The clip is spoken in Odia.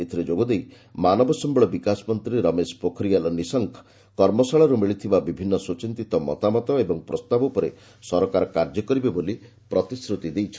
ଏଥିରେ ଯୋଗଦେଇ ମାନବ ସମ୍ଭଳ ବିକାଶ ମନ୍ତ୍ରୀ ରମେଶ ପୋଖରିଆଲ୍ ନିଶଙ୍କ କର୍ମଶାଳାରୁ ମିଳିଥିବା ବିଭିନ୍ନ ସୁଚିନ୍ତିତ ମତାମତ ଓ ପ୍ରସ୍ତାବ ଉପରେ ସରକାର କାର୍ଯ୍ୟ କରିବେ ବୋଲି ପ୍ରତିଶ୍ରତି ଦେଇଛନ୍ତି